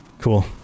Cool